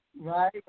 Right